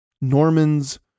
Normans